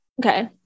okay